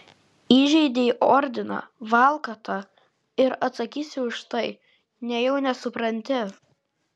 įžeidei ordiną valkata ir atsakysi už tai nejau nesupranti